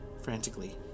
frantically